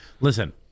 Listen